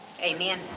Amen